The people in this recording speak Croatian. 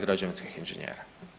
građevinskih inžinjera?